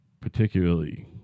particularly